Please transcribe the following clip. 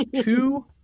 two